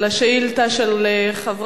השאילתא של חבר